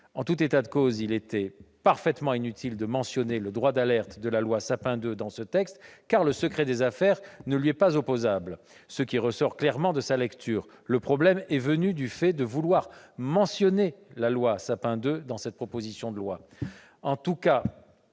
En tout état de cause, il était parfaitement inutile de mentionner dans ce texte le droit d'alerte inscrit dans la loi Sapin II, car le secret des affaires ne lui est pas opposable, ce qui ressort clairement de sa lecture. Le problème est même venu du fait que l'on veuille mentionner la loi Sapin II dans cette proposition de loi.